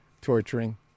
torturing